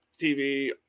TV